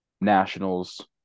nationals